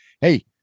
hey